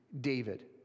David